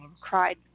cried